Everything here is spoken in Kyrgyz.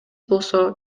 болсо